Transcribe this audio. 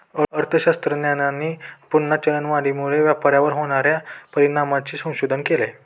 अर्थशास्त्रज्ञांनी पुन्हा चलनवाढीमुळे व्यापारावर होणार्या परिणामांचे संशोधन केले